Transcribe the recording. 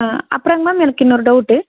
அப்புறோங் ma'am எனக்கு இன்னொரு doubt